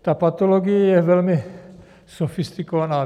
Ta patologie je velmi sofistikovaná věda.